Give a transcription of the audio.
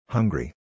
Hungry